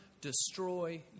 destroy